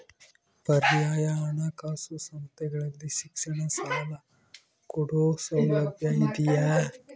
ಪರ್ಯಾಯ ಹಣಕಾಸು ಸಂಸ್ಥೆಗಳಲ್ಲಿ ಶಿಕ್ಷಣ ಸಾಲ ಕೊಡೋ ಸೌಲಭ್ಯ ಇದಿಯಾ?